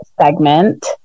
segment